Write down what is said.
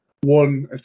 one